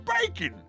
bacon